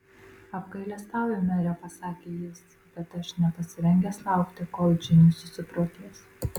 apgailestauju mere pasakė jis bet aš nepasirengęs laukti kol džinė susiprotės